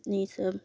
जी sir